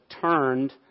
turned